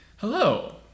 Hello